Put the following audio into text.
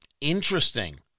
interesting